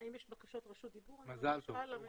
אם יש בקשות לרשות דיבור, אני מבקשת להודיע לי.